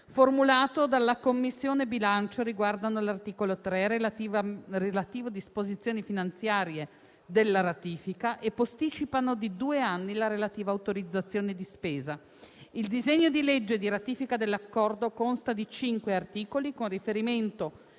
formulato dalla Commissione bilancio, riguardano l'articolo 3 relativo alle disposizioni finanziarie della ratifica, e posticipano di due anni la relativa autorizzazione di spesa. Il disegno di legge di ratifica dell'Accordo consta di cinque articoli, con riferimento